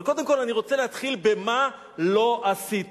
אבל קודם כול, אני רוצה להתחיל במה שלא עשיתי,